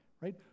right